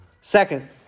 Second